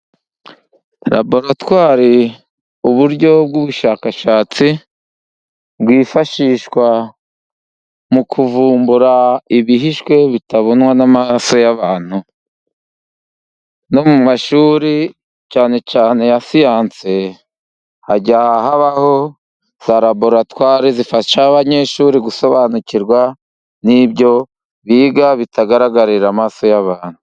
Raboratwari, uburyo bw'ubushakashatsi, bwifashishwa mu kuvumbura ibihishwe, bitabonwa n'amaraso y'abantu, no mu mashuri cyane cyane ya siyanse, hajya habaho za raboratware zifasha abanyeshuri gusobanukirwa n'ibyo biga bitagaragarira amaso y'abantu.